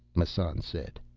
massan said.